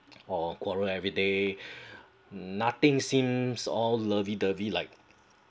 or quarrel every day nothing seems all lovey dovey like